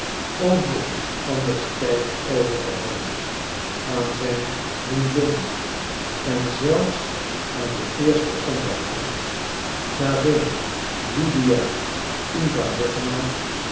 om voor iets anders tijd over te hebben aan zijn vriendinnen en zelfs aan de eerste onder haar gravin lydia